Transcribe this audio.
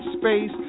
space